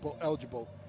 eligible